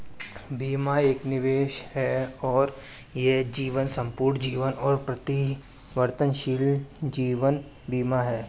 बीमा एक निवेश है और यह जीवन, संपूर्ण जीवन और परिवर्तनशील जीवन बीमा है